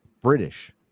British